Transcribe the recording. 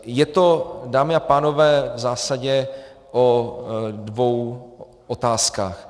Je to, dámy a pánové, v zásadě o dvou otázkách.